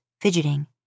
fidgeting